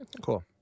Cool